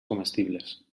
comestibles